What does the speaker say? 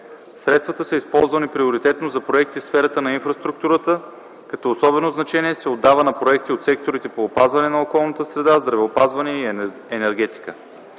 Средствата са използвани приоритетно за проекти в сферата на инфраструктурата, като особено значение се отдава на проекти от секторите по опазване на околната среда, здравеопазване и енергетика.